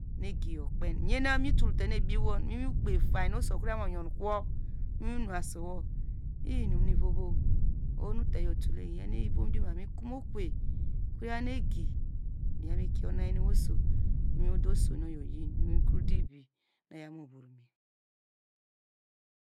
Nu egi okpan, yenam itel tenu ebiyewo muwin ukpeyam na oso okoya mu yon kowa muiwi inu asuwo iyeinum nu ivovo, ohonu teyo utule iyan ivom dioma mikome ukove mikro yan egi miyaw mikie unuyan oso muode osonu wo oyei nukro ude evinu oyamuvor me.